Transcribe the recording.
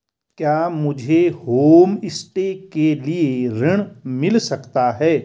क्या मुझे होमस्टे के लिए ऋण मिल सकता है?